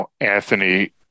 Anthony